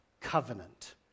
covenant